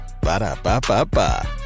Ba-da-ba-ba-ba